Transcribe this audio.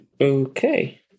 Okay